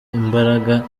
imbaraga